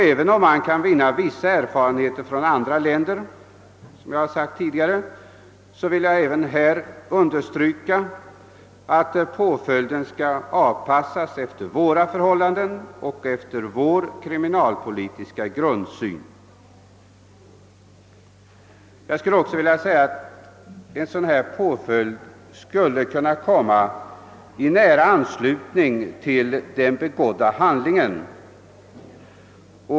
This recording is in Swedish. Även om man kan vinna vissa erfarenheter från andra länder, vill jag understryka att påföljden skall anpassas efter våra förhållanden och efter vår kriminalpolitiska grundsyn. Herr talman! Den form av påföljd som vi förordar bör komma i nära anslutning till den begångna handlingen.